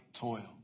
toil